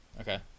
Okay